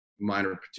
minor